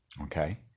okay